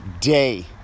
day